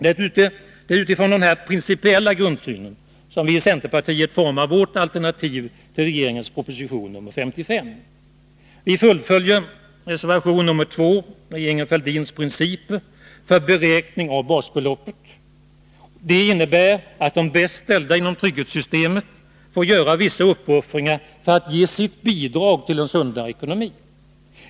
Det är utifrån denna principiella grundsyn som vi i centerpartiet format våra alternativ till regeringens proposition nr 55. Vi fullföljer i reservation nr 2 regeringen Fälldins principer för beräkning av basbeloppet. Detta innebär att de bäst ställda inom trygghetssystemet får göra vissa uppoffringar för att ge sitt bidrag till en sundare ekonomi.